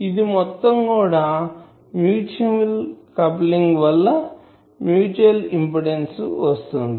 ఇది మొత్తం కూడా మ్యూచువల్ కప్లింగ్ వలన మ్యూచువల్ ఇంపిడెన్సు వస్తుంది